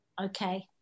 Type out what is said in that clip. Okay